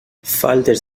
faltes